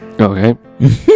Okay